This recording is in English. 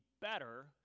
better